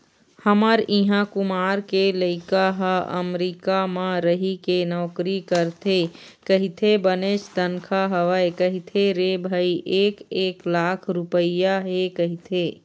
हमर इहाँ कुमार के लइका ह अमरीका म रहिके नौकरी करथे कहिथे बनेच तनखा हवय कहिथे रे भई एक एक लाख रुपइया हे कहिथे